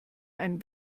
einen